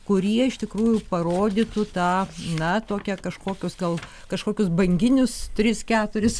kurie iš tikrųjų parodytų tą na tokią kažkokius gal kažkokius banginius tris keturis